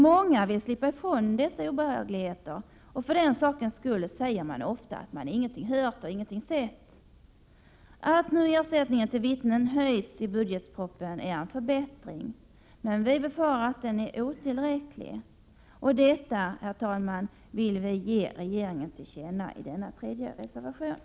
Många vill slippa ifrån dessa obehagligheter, och för den sakens skull säger man ofta att man ingenting hört och ingenting sett. Att nu ersättningen till vittnen höjts i budgetpropositionen är en förbättring, men vi befarar att den höjningen är otillräcklig. Det är detta vi vill ge regeringen till känna i den tredje reservationen.